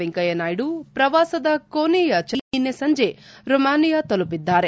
ವೆಂಕಯ್ಹನಾಯ್ವು ಪ್ರವಾಸದ ಕೊನೆಯ ಚರಣದಲ್ಲಿ ನಿನ್ನೆ ಸಂಜೆ ರೊಮಾನಿಯಾ ತಲುಪಿದ್ದಾರೆ